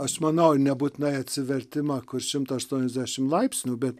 aš manau nebūtinai atsivertimą kur šimtą aštuoniasdešim laipsnių bet